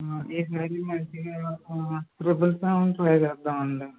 ఈసారి మంచిగా ఒక త్రిబుల్ సెవెన్ ట్రై చేద్దాం అండి